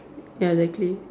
ya exactly